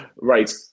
Right